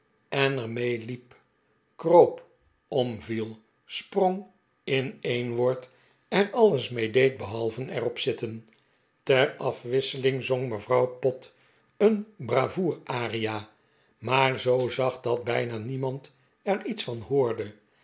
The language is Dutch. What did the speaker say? stoel er mee liep kroop omviel sprong in een woord er alles mede deed behalve er op zitten ter af wisseling zong mevrouw pott een bravour aria maar zoo zacht dat bijna niemand er iets van hoorde